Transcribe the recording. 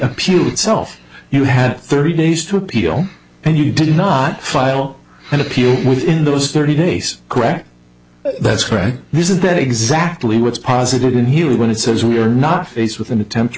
appeal itself you had thirty days to appeal and you did not file an appeal within those thirty days correct that's correct isn't that exactly what's positive in here when it says we're not faced with an attempt to